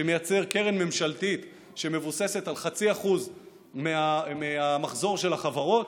שמייצר קרן ממשלתית שמבוססת על 0.5% מהמחזור של החברות,